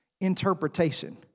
interpretation